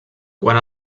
quan